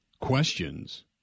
questions